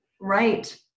Right